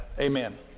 amen